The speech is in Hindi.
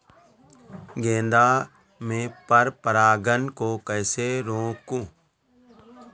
गेंदा में पर परागन को कैसे रोकुं?